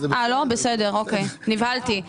לא הבנתי.